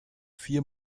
vier